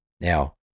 now